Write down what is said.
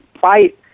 fight